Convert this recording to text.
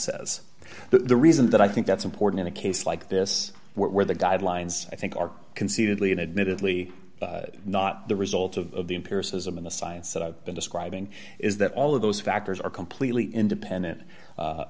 says the reason that i think that's important in a case like this where the guidelines i think are concededly and admittedly not the result of the empiricism in the science that i've been describing is that all of those factors are completely independent